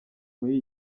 muri